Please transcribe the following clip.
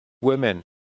Women